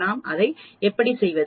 நாம் அதை எப்படி செய்வது